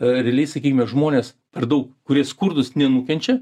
a realiai sakykime žmonės per daug kurie skurdūs nenukenčia